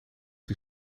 die